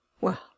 Well